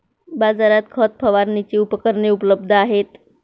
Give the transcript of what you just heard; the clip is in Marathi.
बाजारात खत फवारणीची उपकरणे उपलब्ध आहेत